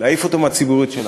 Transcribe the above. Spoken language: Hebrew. להעיף אותו מהציבוריות שלנו.